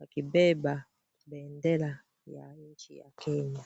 wakibeba bendera ya nchi ya Kenya.